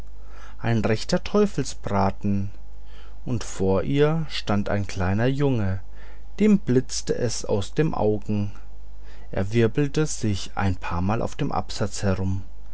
ein rechter teufelsbraten und vor ihr stand ein kleiner junge dem blitzte es aus dem augen er wirbelte sich ein paarmal auf dem absatz herum